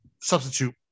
substitute